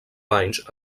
banys